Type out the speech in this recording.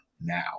now